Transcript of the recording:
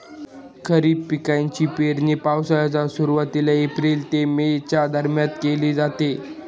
खरीप पिकांची पेरणी पावसाच्या सुरुवातीला एप्रिल ते मे च्या दरम्यान केली जाते